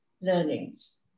learnings